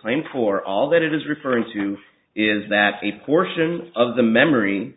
claim for all that it is referring to is that the portion of the memory